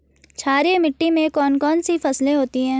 क्षारीय मिट्टी में कौन कौन सी फसलें होती हैं?